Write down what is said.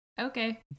okay